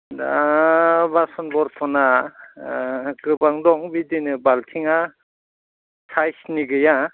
दा बासन बरथना गोबां दं बिदिनो बाल्थिङा साइसनि गैया